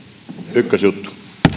ykkösjuttu